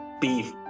Beef